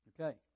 Okay